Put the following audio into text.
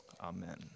Amen